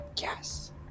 yes